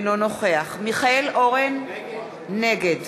אינו נוכח מיכאל אורן, נגד